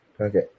Okay